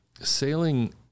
sailing